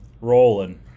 rolling